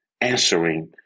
answering